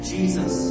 Jesus